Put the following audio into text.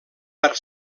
per